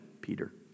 Peter